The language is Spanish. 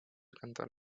cantón